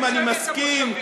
הוא מייצג את המושבים.